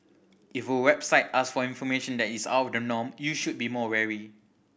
if a website ask for information that is out the norm you should be more wary